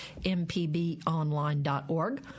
mpbonline.org